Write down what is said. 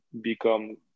become